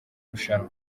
rushanwa